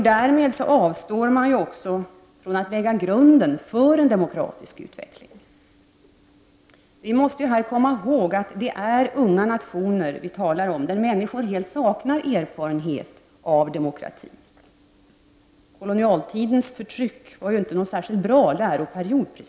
Därmed avstår man också från att lägga grunden för en demokratisk utveckling. Vi måste här komma ihåg att det är unga nationer vi här talar om och människor som helt saknar erfarenhet av demokrati. Kolonialtidens förtryck var ju inte precis någon särskilt bra läroperiod.